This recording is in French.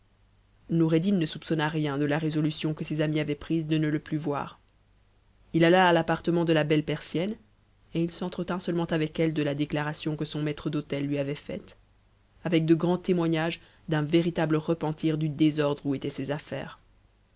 noureddin ne soupçonna rien de la résolution que ces amis avaient prise de ne le plus voir h alla à l'appartement de la belle persienne et il s'en tretint seulement avec elle de la déclaration que son maître d'hôte u avait faite avec de grands témoignages d'un véritable repentir du désordre où étaient ses affaires